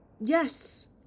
Yes